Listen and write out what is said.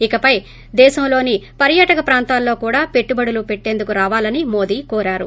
ఇక దేశంలోని పర్శాటక ప్రాంతాలలో కూడా పెట్టుబడులు పెట్టేందుకు రావాలని మోది కోరారు